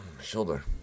shoulder